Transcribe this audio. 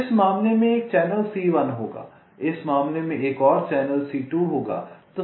तो इस मामले में एक चैनल C1 होगा इस मामले में एक और चैनल C2 होगा